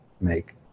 make